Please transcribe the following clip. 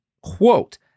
quote